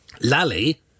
Lally